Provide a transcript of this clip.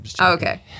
Okay